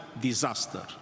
disaster